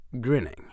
grinning